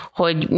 hogy